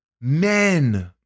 men